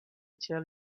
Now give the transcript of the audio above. tell